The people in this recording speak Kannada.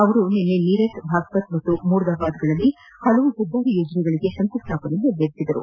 ಅವರು ನಿನ್ನೆ ಮೀರತ್ ಬಾಗಪತ್ ಮತ್ತು ಮೊರ್ದಾಬಾದ್ಗಳಲ್ಲಿ ಹಲವು ಹೆದ್ದಾರಿ ಯೋಜನೆಗಳಿಗೆ ಶಂಕುಸ್ಲಾಪನೆ ನೆರವೇರಿಸಿದರು